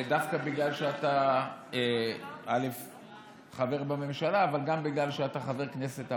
דווקא בגלל שאתה חבר בממשלה אבל גם בגלל שאתה חבר כנסת ערבי.